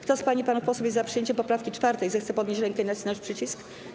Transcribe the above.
Kto z pań i panów posłów jest za przyjęciem poprawki 4., zechce podnieść rękę i nacisnąć przycisk.